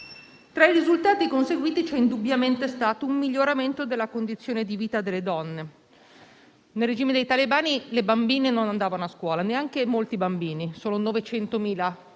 Tra i risultati conseguiti c'è indubbiamente stato un miglioramento della condizione di vita delle donne. Nel regime dei talebani le bambine non andavano a scuola e neanche molti bambini; solo 900.000 ragazzini